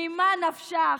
ממה נפשך?